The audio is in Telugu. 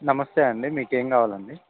నమస్తే అండి మీకేం కావాలండి